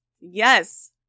Yes